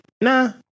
nah